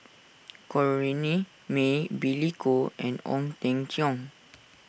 Corrinne May Billy Koh and Ong Teng Cheong